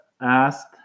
asked